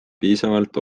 piisavalt